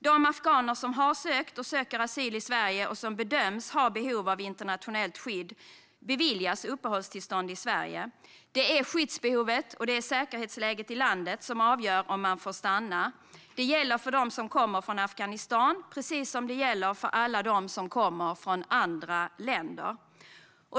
De afghaner som har sökt och som söker asyl i Sverige och som bedöms ha behov av internationellt skydd beviljas uppehållstillstånd i Sverige. Det är skyddsbehovet och säkerhetsläget i landet som avgör om man får stanna. Detta gäller för dem som kommer från Afghanistan precis som det gäller för alla dem som kommer från andra länder.